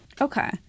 Okay